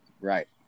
Right